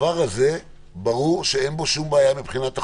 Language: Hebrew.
הדבר הזה, ברור שאין בו שום בעיה מבחינת החוק.